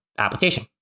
application